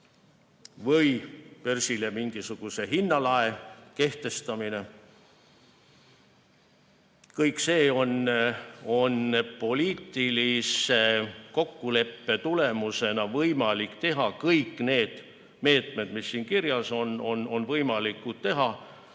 või börsihinnale mingisuguse lae kehtestamine. Kõik see on poliitilise kokkuleppe tulemusena võimalik teha, kõik need meetmed, mis siin kirjas on, on võimalikud teha.